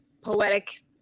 poetic